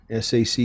SAC